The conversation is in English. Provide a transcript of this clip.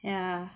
ya